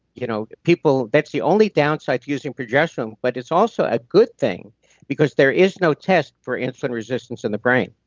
you know that's the only downside to using progesterone, but it's also a good thing because there is no test for insulin resistance in the brain.